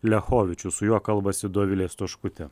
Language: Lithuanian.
liachovičius su juo kalbasi dovilė stoškutė